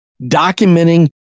documenting